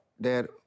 Dad